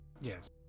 yes